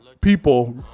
people